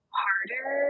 harder